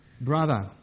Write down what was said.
brother